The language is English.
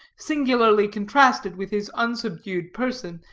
singularly contrasted with his unsubdued person,